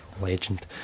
legend